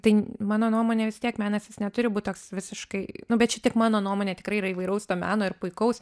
tai mano nuomone vis tiek menas jis neturi būt toks visiškai nu bet čia tik mano nuomone tikrai yra įvairaus to meno ir puikaus